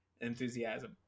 enthusiasm